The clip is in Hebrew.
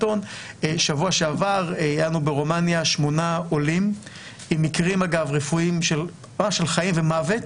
שבוע שעבר היה לנו ברומניה שמונה עולים עם מקרים רפואיים של חיים ומוות,